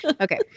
Okay